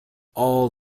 all